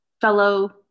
fellow